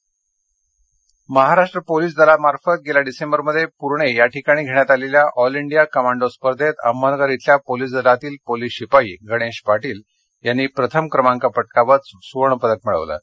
police Ahmednagar Maharashtra police दलामार्फतगेल्या डिसेंबरमध्ये पुरणे या ठिकाणी घेण्यात आलेल्या ऑल इंडिया कमांडो स्पर्धेत अहमदनगर इथल्या पोलीस दलातील पोलीस शिपाई गणेश पाटील यांनी प्रथम क्रमांक पटकावत सुवर्ण पदक प्राप्त केले आहे